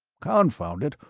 confound it,